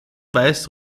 weiß